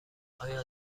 آیا